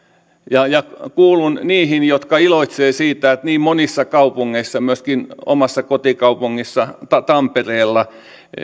ja ja kuulun niihin jotka iloitsevat siitä että niin monissa kaupungeissa myöskin omassa kotikaupungissani tampereella